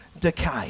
decay